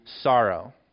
sorrow